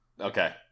Okay